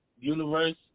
universe